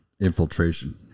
Infiltration